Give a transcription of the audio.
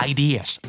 Ideas